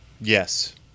Yes